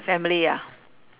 family ah